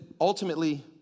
ultimately